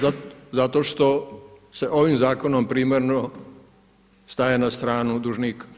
Pa zato što se ovim zakonom primarno staje na stranu dužnika.